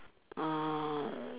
uh